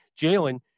Jalen